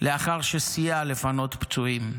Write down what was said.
לאחר שסייע לפנות פצועים,